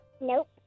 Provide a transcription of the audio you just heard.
Nope